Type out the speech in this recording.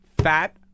Fat